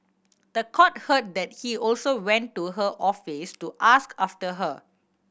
the court heard that he also went to her office to ask after her